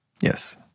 Yes